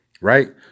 right